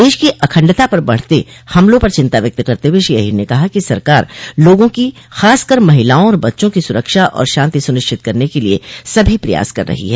देश की अखंडता पर बढ़ते हमलों पर चिंता व्यक्त करते हुए श्री अहीर ने कहा कि सरकार लोगों की खासकर महिलाओं और बच्चों की सुरक्षा और शांति सुनिश्चित करने के लिए सभी प्रयास कर रही है